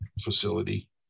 facility